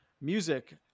Music